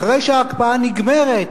אחרי שההקפאה נגמרת